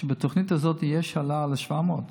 בתוכנית הזאת יש העלאה ל-700,